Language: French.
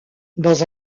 dans